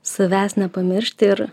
savęs nepamiršti ir